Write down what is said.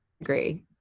agree